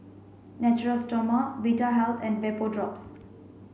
Natura Stoma Vitahealth and Vapodrops